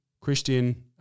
Christian